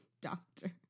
doctor